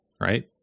right